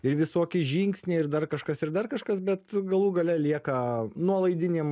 ir visokie žingsniai ir dar kažkas ir dar kažkas bet galų gale lieka nuolaidinėm